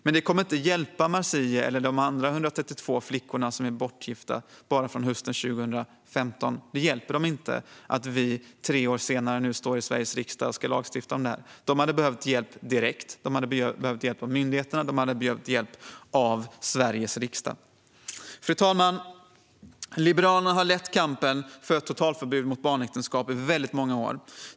Men det kommer inte hjälpa Marzieh eller de andra bortgifta flickorna som kom bara under hösten 2015 att vi nu tre år senare står i Sveriges riksdag och ska lagstifta om det här. De hade behövt hjälp direkt. De hade behövt hjälp av myndigheterna och av Sveriges riksdag. Fru talman! Liberalerna har lett kampen för ett totalförbud mot barnäktenskap i väldigt många år.